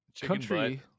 Country